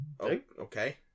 Okay